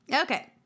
Okay